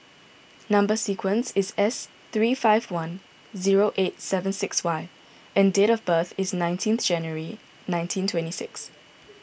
Number Sequence is S three five one zero eight seven six Y and date of birth is nineteen January nineteen twenty six